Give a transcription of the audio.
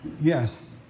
Yes